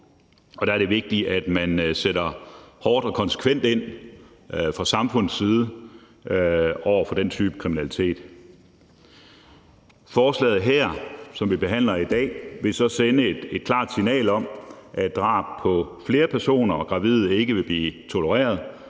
og der er det vigtigt, at man fra samfundets side sætter hårdt og konsekvent ind over for den type kriminalitet. Forslaget, som vi behandler her i dag, vil så sende et klart signal om, at drab på flere personer og gravide ikke vil blive tolereret,